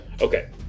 Okay